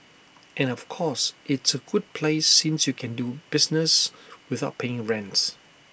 and of course it's A good place since you can do business without paying A rents